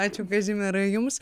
ačiū kazimierai jums